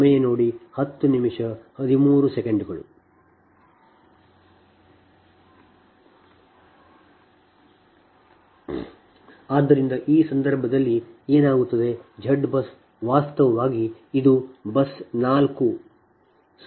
ಆದ್ದರಿಂದ ಈ ಸಂದರ್ಭದಲ್ಲಿ ಈ ಸಂದರ್ಭದಲ್ಲಿ ಏನಾಗುತ್ತದೆ Z BUS ವಾಸ್ತವವಾಗಿ ಇದು ಬಸ್4 ಸಮಸ್ಯೆ